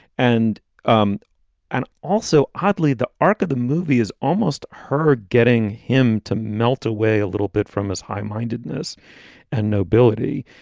and um and also, oddly, the arc of the movie is almost her getting him to melt away a little bit from his high mindedness and nobility.